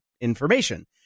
Information